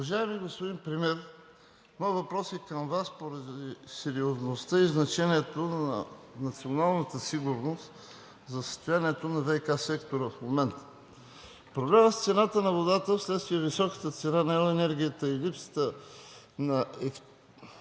Уважаеми господин Премиер, моят въпрос е към Вас поради сериозността и значението на националната сигурност за състоянието на ВиК сектора в момента. Проблемът с цената на водата вследствие високата цена на ел. енергията и липсата на експедитивна